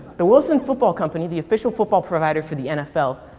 the wilson football company, the official football provider for the nfl,